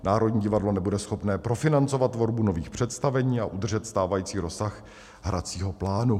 Národní divadlo nebude schopno profinancovat tvorbu nových představení a udržet stávající rozsah hracího plánu.